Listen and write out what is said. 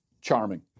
charming